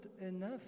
enough